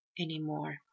anymore